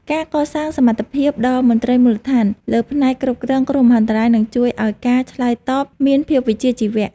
ការកសាងសមត្ថភាពដល់មន្ត្រីមូលដ្ឋានលើផ្នែកគ្រប់គ្រងគ្រោះមហន្តរាយនឹងជួយឱ្យការឆ្លើយតបមានភាពវិជ្ជាជីវៈ។